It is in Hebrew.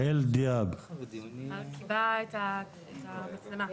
למה אני שואל את זה, היה